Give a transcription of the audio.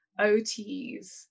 OTs